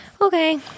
Okay